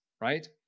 right